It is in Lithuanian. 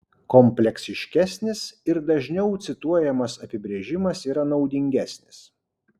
kompleksiškesnis ir dažniau cituojamas apibrėžimas yra naudingesnis